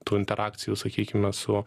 tų interakcijų sakykime su